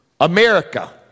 America